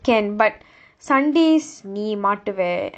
can but sundays நீ மாட்டுவ:nee mattuvae